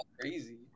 crazy